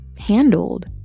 handled